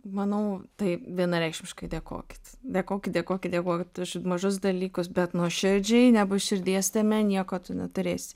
manau tai vienareikšmiškai dėkokit dėkokit dėkokit dėkokit už mažus dalykus bet nuoširdžiai nebus širdies tame nieko tu neturėsi